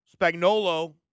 Spagnolo